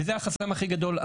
וזה החסם הכי גדול,